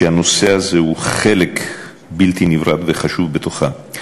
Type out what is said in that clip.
שהנושא הזה הוא חלק בלתי נפרד וחשוב בתוכה.